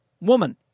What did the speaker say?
woman